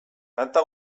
kanta